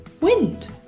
wind